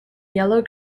yellow